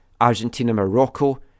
Argentina-Morocco